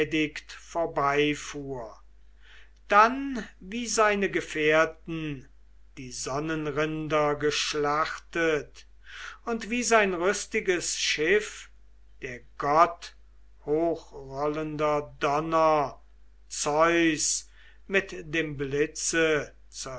vorbeifuhr dann wie seine gefährten die sonnenrinder geschlachtet und wie sein rüstiges schiff der gott hochrollender donner zeus mit dem blitze